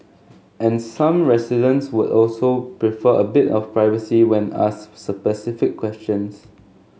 and some residents would also prefer a bit of privacy when asked specific questions